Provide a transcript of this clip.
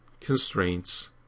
Constraints